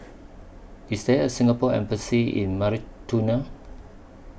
IS There A Singapore Embassy in Mauritania